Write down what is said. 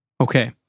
Okay